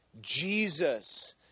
Jesus